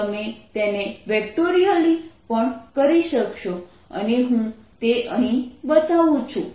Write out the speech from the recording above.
તમે તેને વેક્ટોરીલી પણ કરી શકશો અને હું તે અહીં બતાવું છું